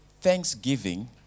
thanksgiving